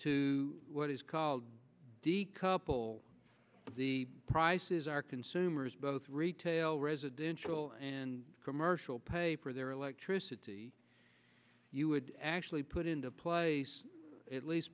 to what is called decouple the prices our consumers both retail residential and commercial paper their electricity you would actually put into place at least